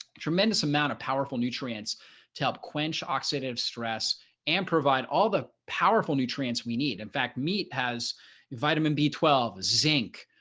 tremendous amount of powerful nutrients to help quench oxidative stress and provide all the powerful nutrients we need. in fact, meat has vitamin b twelve, zinc,